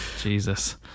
Jesus